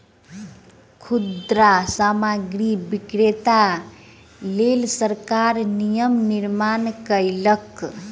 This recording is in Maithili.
खुदरा सामग्रीक बिक्रीक लेल सरकार नियम निर्माण कयलक